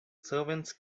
servants